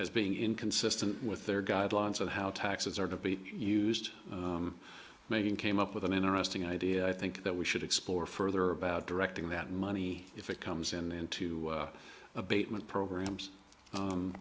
as being inconsistent with their guidelines of how taxes are to be used maybe and came up with an interesting idea i think that we should explore further about directing that money if it comes in to abatement programs